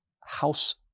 house